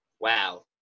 Wow